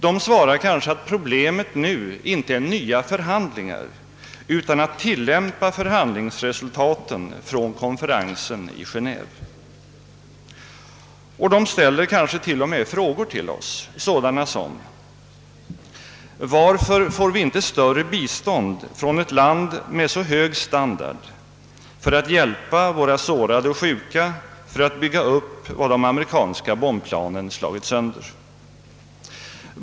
De svarar kanske att problemet nu inte är nya förhandlingar, utan att förhandlingsresultaten från konferensen i Ge néve tillämpas. Och de ställer kanske t.o.m. frågor till oss, sådana som: Varför får vi inte större bistånd från ett land med så hög standard som Sverige har för att kunna hjälpa våra sårade och sjuka, för att bygga upp vad de amerikanska bombplanen slagit sönder?